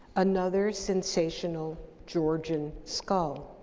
another sensational georgian skull.